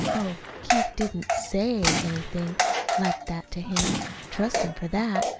oh, keith didn't say anything like that to him trust him for that.